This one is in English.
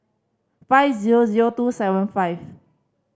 five zero zero two seven five